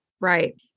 Right